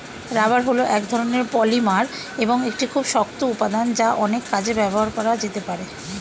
rubber হল এক ধরণের পলিমার এবং একটি খুব শক্ত উপাদান যা অনেক কাজে ব্যবহার করা যেতে পারে